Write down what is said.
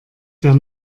der